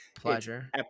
Pleasure